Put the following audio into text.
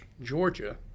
Georgia